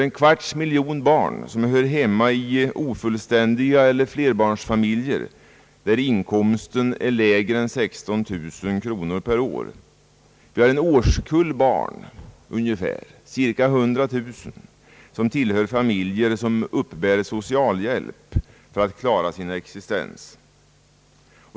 En kvarts miljon barn hör hemma i ofullständiga familjer eller flerbarnsfamiljer där inkomsten är lägre än 16 000 kronor per år. Vi har en årskull barn, cirka 100 000, som tillhör familjer som uppbär socialhjälp.